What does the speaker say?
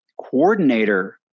coordinator